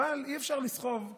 אלא שאי-אפשר לסחוב שאור,